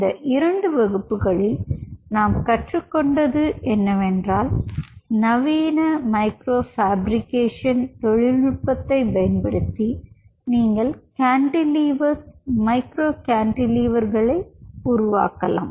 இந்த 2 வகுப்புகளில் நாம் கற்றுக்கொண்டது என்னவென்றால் நவீன மைக்ரோ ஃபேப்ரிகேஷன் தொழில்நுட்பத்தைப் பயன்படுத்தி நீங்கள் கேன்டிலீவர்ஸ் மைக்ரோ கேன்டிலீவர்களை உருவாக்கலாம்